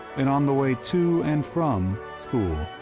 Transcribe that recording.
and on the way to and from school.